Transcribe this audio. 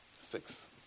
six